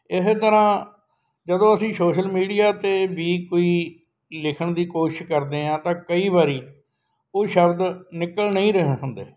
ਇਸੇ ਤਰ੍ਹਾਂ ਜਦੋਂ ਅਸੀਂ ਸੋਸ਼ਲ ਮੀਡੀਆ 'ਤੇ ਵੀ ਕੋਈ ਲਿਖਣ ਦੀ ਕੋਸ਼ਿਸ਼ ਕਰਦੇ ਹਾਂ ਤਾਂ ਕਈ ਵਾਰੀ ਉਹ ਸ਼ਬਦ ਨਿਕਲ ਨਹੀਂ ਰਹੇ ਹੁੰਦੇ